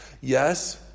Yes